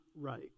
right